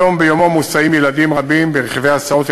מדי יום ביומו מוסעים ילדים רבים ברכבי הסעות,